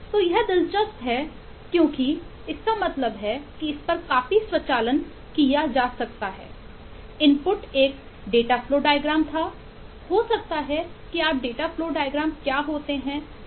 तो यह दिलचस्प है क्योंकि इसका मतलब है कि इस पर काफी स्वचालन किया जा सकता है